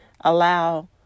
allow